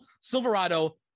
silverado